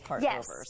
Yes